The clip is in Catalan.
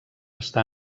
està